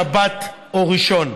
שבת או ראשון,